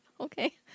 okay